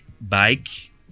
Bike